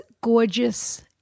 gorgeous